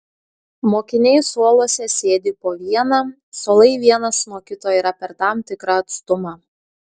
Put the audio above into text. mokiniai suoluose sėdi po vieną suolai vienas nuo kito yra per tam tikrą atstumą